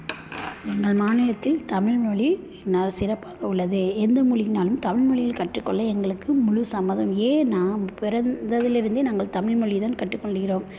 எங்கள் மாநிலத்தில் தமிழ் மொழி ந சிறப்பாக உள்ளது எந்த மொழினாலும் தமிழ் மொழியில் கற்றுக்கொள்ள எங்களுக்கு முழு சம்மதம் ஏன்னால் பிறந்ததிலிருந்து நாங்கள் தமிழ் மொழி தான் கற்றுக் கொள்கிறோம்